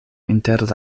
inter